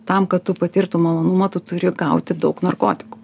tam kad tu patirtum malonumą tu turi gauti daug narkotikų